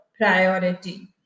priority